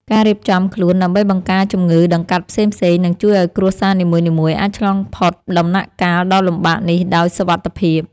ការរៀបចំខ្លួនដើម្បីបង្ការជំងឺដង្កាត់ផ្សេងៗនឹងជួយឱ្យគ្រួសារនីមួយៗអាចឆ្លងផុតដំណាក់កាលដ៏លំបាកនេះដោយសុវត្ថិភាព។